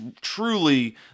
truly